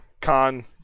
con